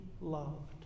loved